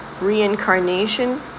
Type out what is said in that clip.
Reincarnation